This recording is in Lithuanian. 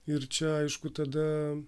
ir čia aišku tada